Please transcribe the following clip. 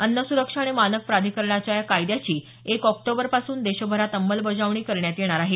अन्न सुरक्षा आणि मानक प्राधिकरणाच्या या कायद्याची एक ऑक्टोबरपासून देशभरात अंमलबजावणी करण्यात येणार आहे